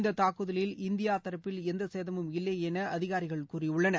இந்த தாக்குதலில் இந்திய தரப்பில் எந்த சேதமும் இல்லை என அதிகாரிகள் கூறியுள்ளனர்